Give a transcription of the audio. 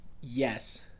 Yes